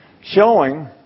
showing